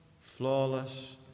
flawless